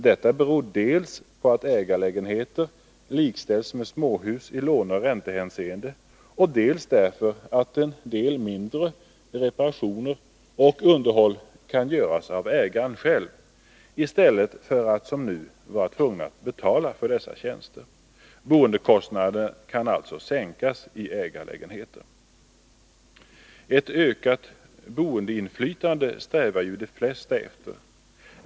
Detta beror dels på att ägarlägenheter likställs med småhus i låneoch räntehänseende, dels på att en del mindre reparationer och underhåll kan göras av ägaren själv i stället för att han som nu skall vara tvungen att betala för dessa tjänster. Boendekostnaderna kan alltså sänkas i ägarlägenheter. Ett ökat boendeinflytande strävar ju de flesta efter.